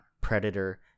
predator